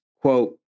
Quote